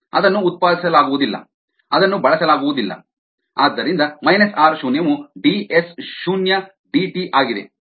ಅದನ್ನು ಉತ್ಪಾದಿಸಲಾಗುವುದಿಲ್ಲ ಅದನ್ನು ಬಳಸಲಾಗುವುದಿಲ್ಲ ಆದ್ದರಿಂದ ಮೈನಸ್ ಆರ್ ಶೂನ್ಯವು ಡಿ ಎಸ್ ಶೂನ್ಯ ಡಿ ಟಿ ಆಗಿದೆ